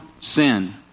sin